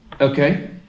Okay